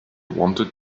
wanted